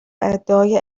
ادعای